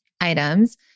items